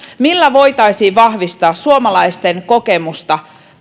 millä voitaisiin vahvistaa suomalaisten kokemusta